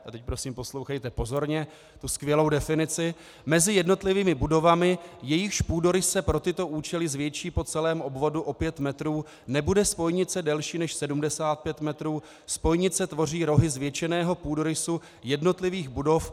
b) a teď prosím, poslouchejte pozorně tu skvělou definici: mezi jednotlivými budovami, jejichž půdorys se pro tyto účely zvětší po celém obvodu pět metrů, nebude spojnice delším než 75 metrů; spojnice tvoří rohy zvětšeného půdorysu jednotlivých budov;